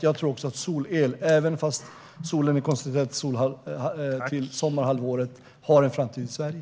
Jag tror att även om solen är koncentrerad till sommarhalvåret har solel en framtid i Sverige.